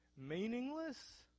meaningless